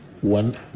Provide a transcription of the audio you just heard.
one